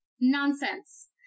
Nonsense